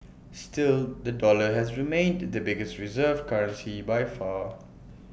still the dollar has remained the biggest reserve currency by far